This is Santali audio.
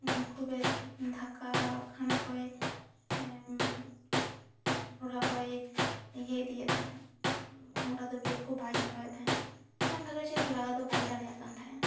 ᱠᱷᱩᱵᱮ ᱫᱷᱟᱠᱟ ᱠᱷᱟᱱᱟ ᱠᱷᱚᱭ ᱵᱷᱚᱲᱟ ᱠᱚᱭ ᱤᱭᱟᱹ ᱤᱫᱤᱭᱮᱫ ᱛᱦᱟᱮᱸᱜᱼᱟ ᱚᱸᱰᱮ ᱫᱚ ᱵᱨᱮᱠ ᱠᱚ ᱵᱟᱭ ᱪᱟᱞᱚᱭᱮᱫ ᱛᱟᱦᱸᱮᱜᱼᱟ ᱵᱷᱟᱜᱮ ᱪᱮᱦᱨᱟ ᱞᱟᱜᱟ ᱫᱚ ᱵᱟᱭ ᱫᱟᱲᱮᱭᱟᱜ ᱠᱟᱱ ᱛᱟᱦᱮᱸᱜᱼᱟ